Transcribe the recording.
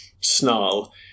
snarl